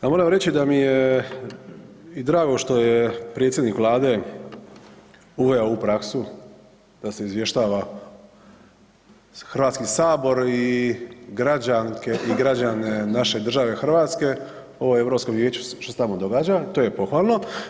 Ja moram reći da mi je i drago što je predsjednik Vlade uveo ovu praksu da se izvještava Hrvatski sabor i građanke i građane naše države Hrvatske o Europskom vijeću i što se tamo događa, to je pohvalno.